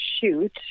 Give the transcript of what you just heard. shoot